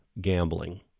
gambling